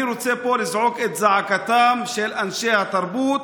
אני רוצה לזעוק פה את זעקתם של אנשי התרבות,